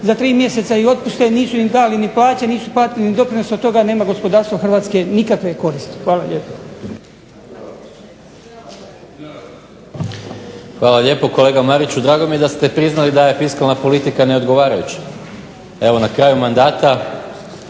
za tri mjeseca ih otpuste, nisu im dali ni plaće, nisu platili ni doprinose, od toga nema gospodarstvo Hrvatske nikakve koristi. Hvala lijepo. **Maras, Gordan (SDP)** Hvala lijepo. Kolega Mariću, drago mi je da ste priznali da je fiskalna politika neodgovarajuća. Evo na kraju mandata